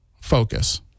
focus